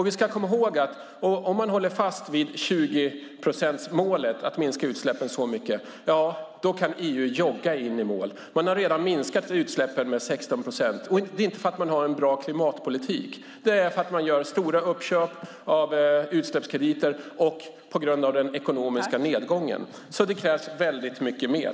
Vi ska komma ihåg att om man håller fast vid 20-procentsmålet, att man ska minska utsläppen så mycket, kan EU jogga in i mål. Man har redan minskat utsläppen med 16 procent, inte på grund av att man har en bra klimatpolitik utan på grund av att man gör stora uppköp av utsläppskrediter och på grund av den ekonomiska nedgången. Det krävs mycket mer.